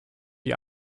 die